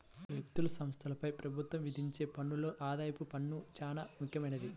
వ్యక్తులు, సంస్థలపై ప్రభుత్వం విధించే పన్నుల్లో ఆదాయపు పన్ను చానా ముఖ్యమైంది